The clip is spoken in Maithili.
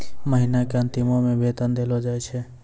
महिना के अंतिमो मे वेतन देलो जाय छै